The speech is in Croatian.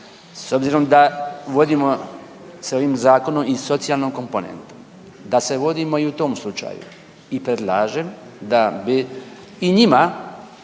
s obzirom da vodimo se ovim zakonom i socijalnom komponentom da se vodimo i u tom slučaju i predlažem da bi i njima